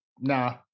nah